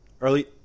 early